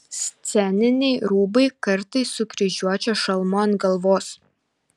sceniniai rūbai kartais su kryžiuočio šalmu ant galvos